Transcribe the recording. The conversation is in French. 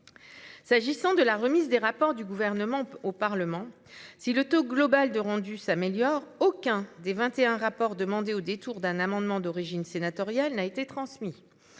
S'agissant de la remise des rapports du gouvernement au Parlement, si le taux global de rendu s'améliore. Aucun des 21 rapport demandé au détour d'un amendement d'origine sénatoriale n'a été transmis